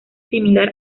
similar